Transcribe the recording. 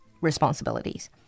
responsibilities